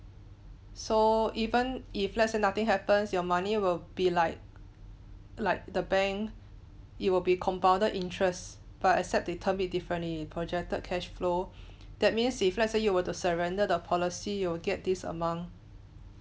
so even if let's say nothing happens your money will be like like the bank it will be compounded interest but except they term it differently projected cash flow that means if let's say you were to surrender the policy you'll get this amount